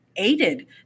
aided